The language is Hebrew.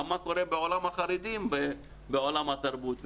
גם מה קורה בעולם החרדים בעולם התרבות.